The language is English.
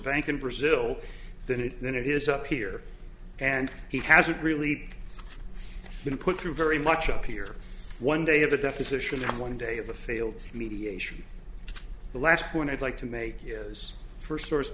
bank in brazil than it than it is up here and he hasn't really been put through very much appear one day of a deposition in one day of a failed mediation the last point i'd like to make here is first source